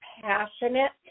passionate